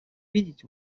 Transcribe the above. видеть